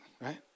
right